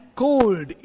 cold